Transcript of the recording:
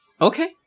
Okay